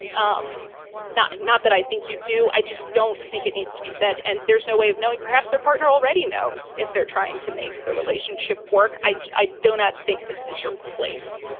um not not that i think you do. i just don't think it needs to be said. and there's no way of knowing perhaps their partner already knows if they're trying to make the relationship work. i i don't think this is your place.